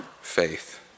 faith